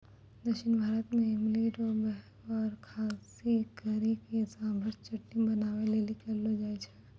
दक्षिण भारत मे इमली रो वेहवार खास करी के सांभर चटनी बनाबै लेली करलो जाय छै